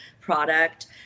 product